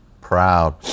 Proud